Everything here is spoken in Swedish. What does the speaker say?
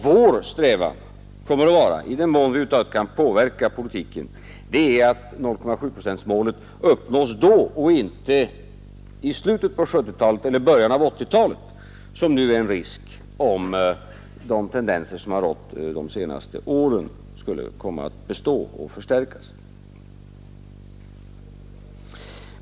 Vår strävan — i den mån vi över huvud taget kan påverka politiken — är att 0,7-procentsmålet uppnåtts då och inte i slutet 1970-talet eller början av 1980-talet, som nu är risk för om de tendenser som har rått de senaste åren skulle komma att bestå och förstärkas.